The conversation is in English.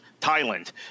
Thailand